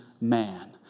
man